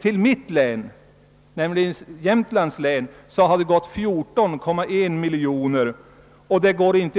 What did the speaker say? Till mitt hemlän, Jämtlands län, har gått 14,1 miljoner, vilket motsvarar inte